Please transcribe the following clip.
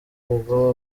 ubwo